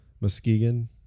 Muskegon